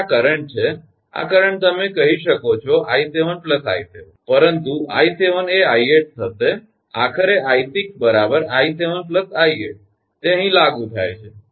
આખરે આ કરંટ છે આ કરંટ તમે કહી શકો છો 𝑖7 𝐼7 પરંતુ 𝐼7 એ 𝑖8 થશે આખરે 𝐼6 𝑖7 𝑖8 તે અહીં લાગુ થાય છે